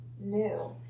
new